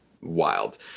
wild